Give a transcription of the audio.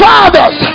Fathers